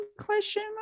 question